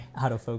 autofocus